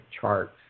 charts